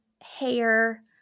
hair